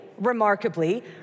Remarkably